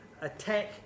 attack